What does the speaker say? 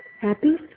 Happy